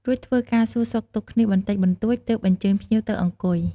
រួចធ្វើការសួរសុខទុក្ខគ្នាបន្តិចបន្តួចទើបអញ្ជើញភ្លៀវទៅអង្គុយ។